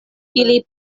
ili